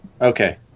Okay